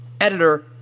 editor